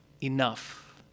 enough